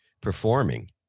performing